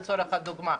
לדוגמה,